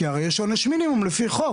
כי הרי יש עונש מינימום לפי החוק,